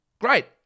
Great